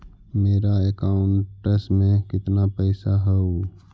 मेरा अकाउंटस में कितना पैसा हउ?